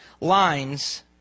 lines